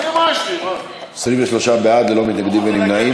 23 בעד, ללא מתנגדים ונמנעים.